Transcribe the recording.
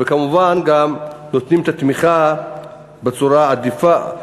וכמובן גם נותנים את התמיכה בצורה עדיפה,